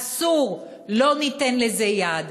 אסור, לא ניתן לזה יד.